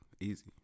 Easy